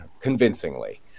Convincingly